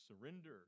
surrender